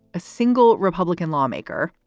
a single republican lawmaker,